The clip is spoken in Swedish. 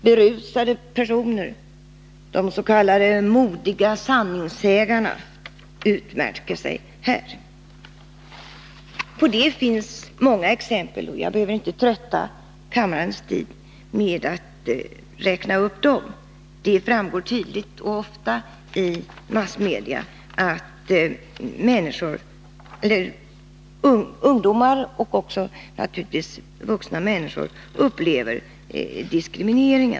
Berusade personer, de s.k. modiga sanningssägarna, utmärker sig här. På det finns många exempel, och jag behöver inte ta upp kammarens tid med att räkna upp dem. Det framgår tydligt och ofta i massmedia att ungdomar och naturligtvis även vuxna människor upplever diskriminering.